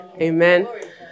Amen